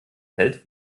feld